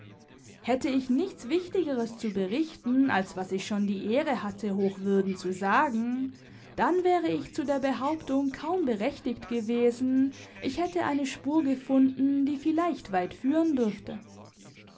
hätte ich nichts wichtigeres zu berichten als was ich schon die ehre hatte hochwürden zu sagen dann wäre ich zu der behauptung kaum berechtigt gewesen ich hätte eine spur gefunden die vielleicht weit führen dürfte